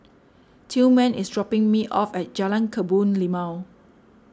Tillman is dropping me off at Jalan Kebun Limau